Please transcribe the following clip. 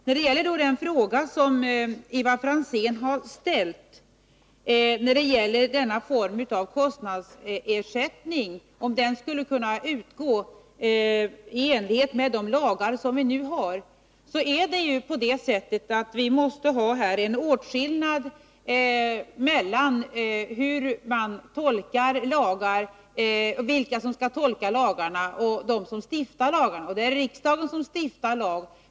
När det gäller den fråga som Ivar Franzén har ställt, huruvida kostnadsersättning skulle kunna utgå i enlighet med de lagar som vi nu har, vill jag säga, att vi måste göra en åtskillnad mellan dem som skall tolka lagarna och dem som stiftar lagarna. Det är riksdagen som stiftar lag.